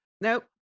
nope